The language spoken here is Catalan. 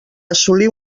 assolir